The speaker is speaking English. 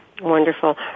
Wonderful